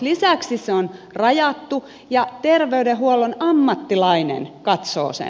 lisäksi se on rajattu ja terveydenhuollon ammattilainen katsoo sen